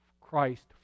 Christ